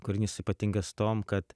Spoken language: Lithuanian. kūrinys ypatingas tuom kad